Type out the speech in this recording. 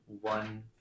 one